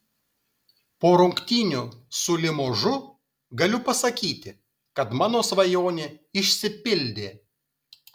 po rungtynių su limožu galiu pasakyti kad mano svajonė išsipildė